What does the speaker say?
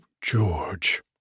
George